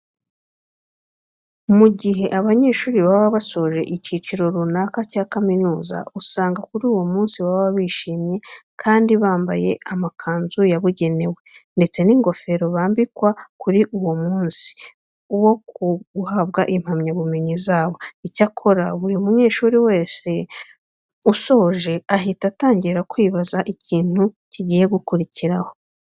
Mu gihe abanyeshuri baba basoje icyiciro runaka cya kaminuza, usanga kuri uwo munsi baba bishimye kandi bambaye n'amakanzu yabugenewe ndetse n'ingofero bambikwa kuri uwo munsi wo guhabwa impamyabumunyi zabo. Icyakora buri munyeshuri wese usoje ahita atangira kwibaza ikintu kigiye gukurikiraho.